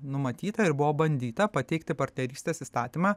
numatyta ir buvo bandyta pateikti partnerystės įstatymą